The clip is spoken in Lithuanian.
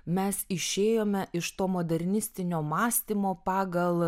mes išėjome iš to modernistinio mąstymo pagal